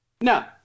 No